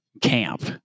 camp